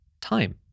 time